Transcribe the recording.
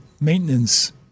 maintenance